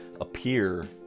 appear